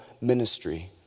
ministry